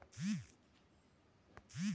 pass বই থাকলে সেখান থেকে টাকা তুলতে দেয়